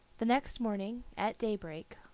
the next morning, at daybreak,